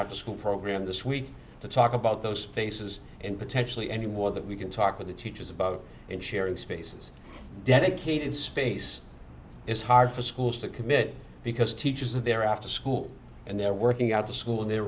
after school program this week to talk about those spaces and potentially anymore that we can talk with the teachers about and sharing spaces dedicated space is hard for schools to commit because teachers are there after school and they're working out the school in their